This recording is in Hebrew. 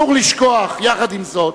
עם זאת,